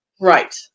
Right